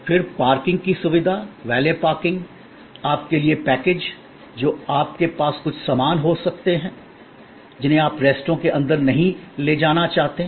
फिर पार्किंग की सुविधा वैलेट पार्किंग आपके लिए पैकेज जो आपके पास कुछ सामान हो सकते हैं जिन्हें आप रेस्तरां के अंदर नहीं ले जाना चाहते हैं